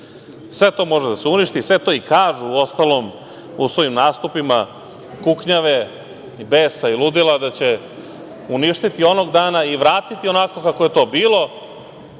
Sve to može da se uništi, sve to, i kažu uostalom, u svojim nastupima kuknjave, besa i ludila, da će uništiti onog dana i vratiti onako kako je to bilo